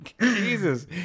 Jesus